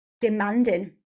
demanding